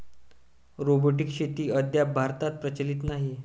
robotic शेती अद्याप भारतात प्रचलित नाही